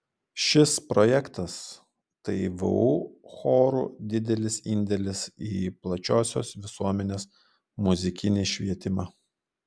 šis projektas tai vu chorų didelis indėlis į plačiosios visuomenės muzikinį švietimą